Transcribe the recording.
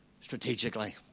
strategically